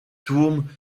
tłum